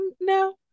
no